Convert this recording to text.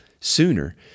sooner